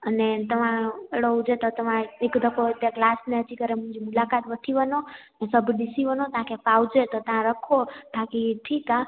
अने तव्हां अहिड़ो हुजे त तव्हां हिकु दफ़ो इते क्लास में अची करे मुंहिंजी मुलाक़ात वठी वञो पोइ सभु ॾिसी वञो तव्हांखे पहुचे त तव्हां रखो ताक़ी ठीकु आहे